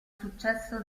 successo